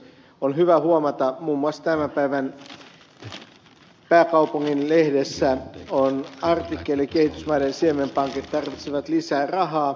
on hyvä huomata että muun muassa tämän päivän pääkaupungin lehdessä on artikkeli kehitysmaiden siemenpankit tarvitsevat lisää rahaa